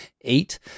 eight